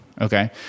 okay